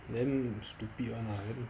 damn stupid [one] lah damn